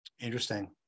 interesting